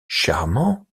charmant